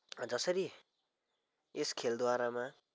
जसरी यस खेलद्वारामा